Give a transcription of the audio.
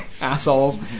assholes